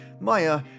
Maya